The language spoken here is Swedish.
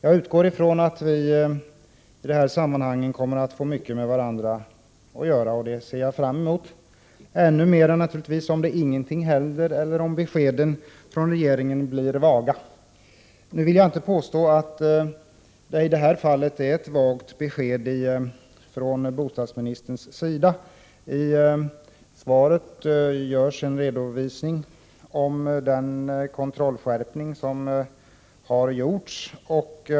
Jag utgår ifrån att vi i det här sammanhanget kommer att få mycket med varandra att göra, och det ser jag fram emot. Ännu mer kommer vi naturligtvis att få med varandra att göra om ingenting händer eller om beskeden från regeringen blir vaga. Jag vill inte påstå att jag i det här fallet fått ett vagt besked från bostadsministern. I svaret görs en redovisning av den kontrollskärpning som har gjorts.